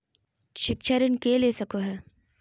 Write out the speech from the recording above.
शिक्षा ऋण के ले सको है?